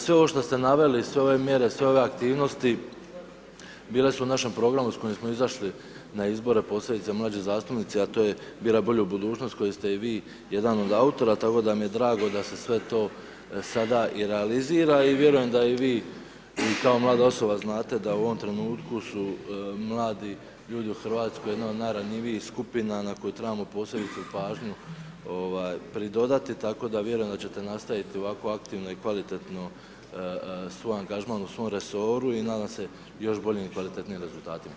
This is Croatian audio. Sve ovo što ste naveli, sve ove mjere, sve ove aktivnosti bile su u našem programu s kojim smo izašli na izbore, posebice mlađi zastupnici, a to je biraj bolju budućnost koju ste i vi jedan od autora, tako da mi je drago da se sve to sada i realizira i vjerujem da i vi i kao mlada osoba znate da u ovom trenutku su mladi ljudi u Hrvatskoj jedna od najranjivih skupina na koju trebamo posebice pažnju ovaj pridodati tako da vjerujem da ćete nastaviti ovakvu aktivnu i kvalitetnu suangažman u svoj resoru i nadam se još boljem i kvalitetnijim rezultatima.